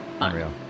Unreal